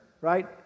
right